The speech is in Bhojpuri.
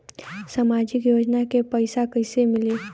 सामाजिक योजना के पैसा कइसे मिली?